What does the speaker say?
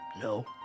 No